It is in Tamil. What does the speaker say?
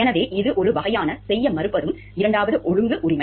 எனவே இது ஒரு வகையான இரண்டாவது ஒழுங்கு உரிமை